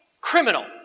criminal